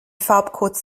farbcodes